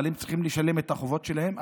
אבל הם צריכים לשלם את החובות שלהם.